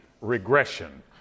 regression